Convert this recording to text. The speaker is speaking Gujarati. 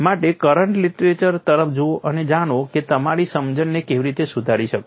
માટે કરંટ લીટરેચર તરફ જુઓ અને જાણો કે તમે તમારી સમજણને કેવી રીતે સુધારી શકો છો